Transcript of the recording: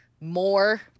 more